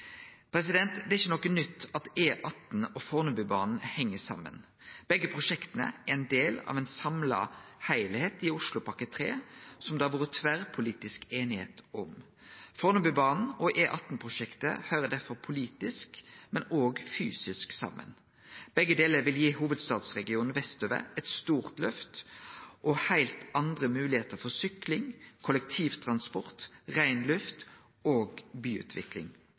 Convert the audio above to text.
Det er ikkje noko nytt at E18 og Fornebubanen heng saman. Begge prosjekta er ein del av ein samla heilskap i Oslopakke 3, som det har vore tverrpolitisk einigheit om. Fornebubanen og E18-prosjektet høyrer derfor politisk og fysisk saman. Begge delar vil gi hovudstadsregionen vestover eit stort løft og heilt andre moglegheiter for sykling, kollektivtransport, rein luft og byutvikling.